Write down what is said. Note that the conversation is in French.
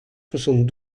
soixante